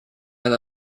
and